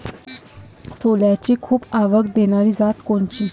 सोल्याची खूप आवक देनारी जात कोनची?